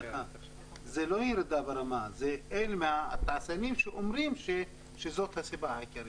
זה התעשיינים שאומרים שזו הסיבה העיקרית,